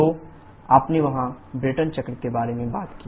तो आपने वहां ब्रेटन चक्र के बारे में बात की